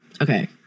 Okay